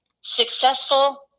successful